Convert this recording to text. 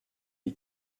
die